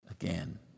Again